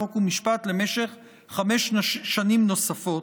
חוק ומשפט למשך חמש שנים נוספות.